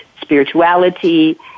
spirituality